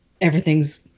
everything's